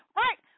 right